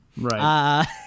Right